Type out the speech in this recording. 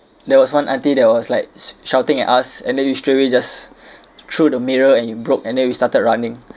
there was one auntie that was like sh~ shouting at us and then we straight away just threw the mirror and it broke and then we started running